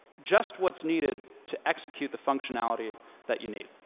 just what's needed to execute the functionality that you need.